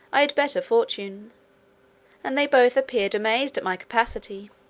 i had better fortune and they both appeared amazed at my capacity.